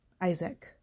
Isaac